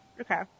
Okay